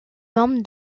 membre